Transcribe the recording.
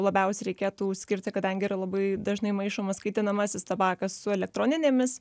labiausiai reikėtų skirti kadangi yra labai dažnai maišomas kaitinamasis tabakas su elektroninėmis